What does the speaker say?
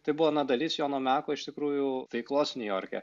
tai buvo na dalis jono meko iš tikrųjų veiklos niujorke